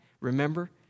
remember